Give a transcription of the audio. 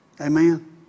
Amen